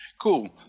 Cool